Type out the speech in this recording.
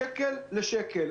שקל לשקל.